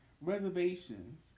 reservations